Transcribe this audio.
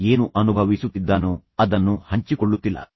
ಆತ ಏನು ಅನುಭವಿಸುತ್ತಿದ್ದಾನೋ ಅದನ್ನು ಹಂಚಿಕೊಳ್ಳುತ್ತಿಲ್ಲ